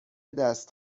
دست